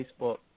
Facebook